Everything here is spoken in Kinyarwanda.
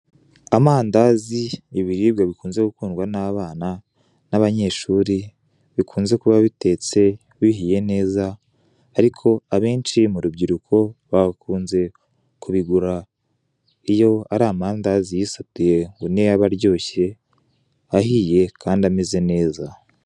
Amandazi, ibiribwa bikunze gukundwa n'abana n'abanyeshuri, bikunze kuba bitetse, bihiye neza, ariko abenshi mu rubyiruko bakunze kubigura iyo ari amandazi yisatuye, ngo niyo aba aryoshye, ahiye, kandi ameze neza.